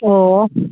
ꯑꯣ